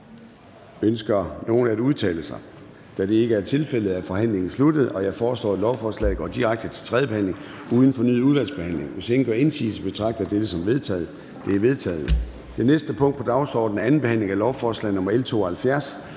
Ønsker nogen at udtale sig? Da det ikke er tilfældet, er forhandlingen sluttet. Jeg foreslår, at lovforslaget går direkte til tredje behandling uden fornyet udvalgsbehandling. Hvis ingen gør indsigelse, betragter jeg dette som vedtaget. Det er vedtaget. --- Det næste punkt på dagsordenen er: 32) Forhandling om redegørelse nr.